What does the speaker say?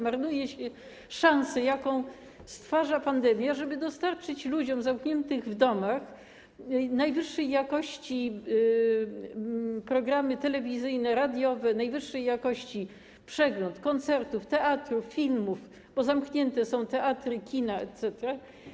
Marnuje się szansę, jaką stwarza pandemia, żeby dostarczyć ludziom zamkniętym w domach najwyższej jakości programy telewizyjne, radiowe, najwyższej jakości przegląd koncertów, spektaklów, filmów, bo zamknięte są teatry, kina etc.